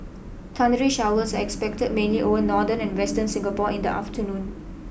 thundery showers are expected mainly over northern and western Singapore in the afternoon